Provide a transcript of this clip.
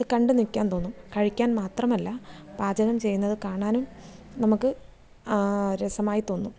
അത് കണ്ട് നിൽക്കാൻ തോന്നും കഴിക്കാൻ മാത്രമല്ല പാചകം ചെയ്യുന്നത് കാണാനും നമുക്ക് രസമായി തോന്നും